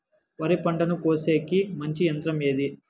వరి పంటను కోసేకి మంచి యంత్రం ఏది?